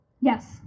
Yes